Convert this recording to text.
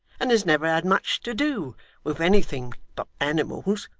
and has never had much to do with anything but animals,